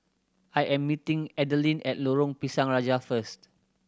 I am meeting Adalyn at Lorong Pisang Raja first